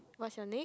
what's your next